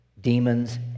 demons